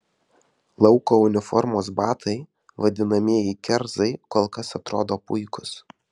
lauko uniformos batai vadinamieji kerzai kol kas atrodo puikūs